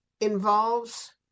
involves